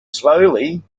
slowly